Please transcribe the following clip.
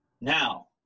Now